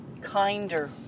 kinder